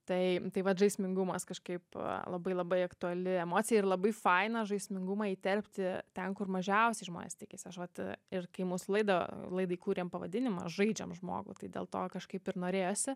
tai tai vat žaismingumas kažkaip labai labai aktuali emocija ir labai faina žaismingumą įterpti ten kur mažiausiai žmonės tikisi aš vat ir kai mūsų laidą laidai kūrėm pavadinimą žaidžiam žmogų tai dėl to kažkaip ir norėjosi